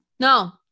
No